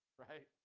right